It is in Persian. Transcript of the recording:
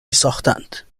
میساختند